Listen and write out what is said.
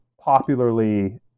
popularly